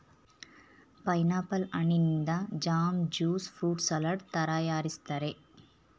pineapple ಹಣ್ಣಿನಿಂದ jam, juice fruit salad ತರಯಾರಿಸ್ತರೆ